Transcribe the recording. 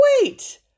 wait